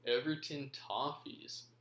Everton-Toffees